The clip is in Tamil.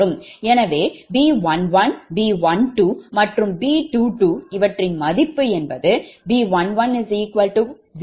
எனவே B11 B12 மற்றும் B22இவற்றின் மதிப்பு B110